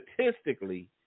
statistically